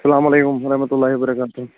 اسَلامُ عَلَيكُم وَرَحمَةُ اللهِ وَبركاتُهُ